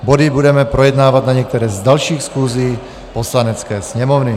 Body budeme projednávat na některé z dalších schůzí Poslanecké sněmovny.